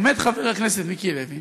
עומד חבר הכנסת מיקי לוי